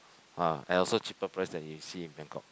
ah and also cheaper price than you see in Bangkok